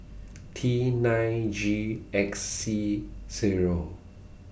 T nine G X C Zero